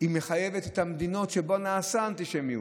מחייבת את המדינות שבהן נעשית האנטישמיות.